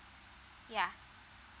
yeah